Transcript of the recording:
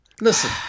Listen